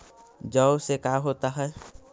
जौ से का होता है?